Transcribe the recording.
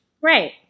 Right